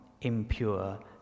impure